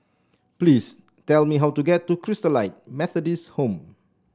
please tell me how to get to Christalite Methodist Home